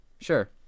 Sure